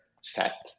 set